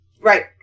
Right